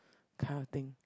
kind of thing